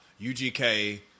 UGK